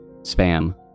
Spam